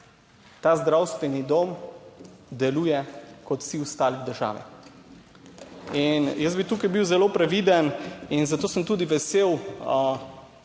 ta zdravstveni dom deluje kot vsi ostali v državi. In jaz bi tukaj bil zelo previden in zato sem tudi vesel